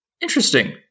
Interesting